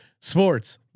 sports